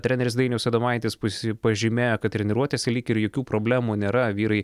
treneris dainius adomaitis pasi pažymėjo kad treniruotėse lyg ir jokių problemų nėra vyrai